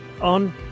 on